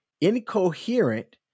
incoherent